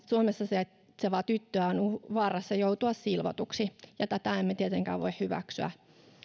suomessa olevaa tyttöä on vaarassa joutua silvotuksi ja tätä emme tietenkään voi hyväksyä